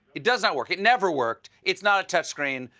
it does not work. it never worked. it's not a touchscreen.